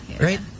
Right